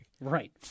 Right